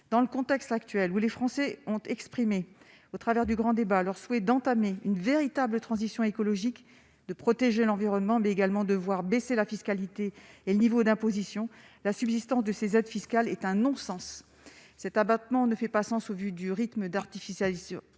dans le contexte actuel, où les Français ont exprimé au travers du grand débat leur souhait d'entamer une véritable transition écologique de protéger l'environnement, mais également de voir baisser la fiscalité et le niveau d'imposition la subsistance de ces aides fiscales est un non-sens cet abattement ne fait pas sens au vu du rythme d'artifice allusion